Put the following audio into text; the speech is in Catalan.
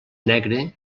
negre